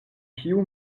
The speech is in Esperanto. kiu